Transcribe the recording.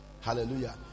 Hallelujah